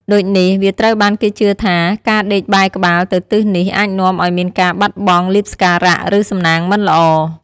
ដូចនេះ វាត្រូវបានគេជឿថា ការដេកបែរក្បាលទៅទិសនេះអាចនាំឱ្យមានការបាត់បង់លាភសក្ការៈ ឬសំណាងមិនល្អ។